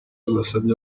abasabye